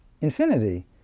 infinity